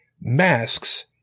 masks